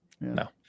no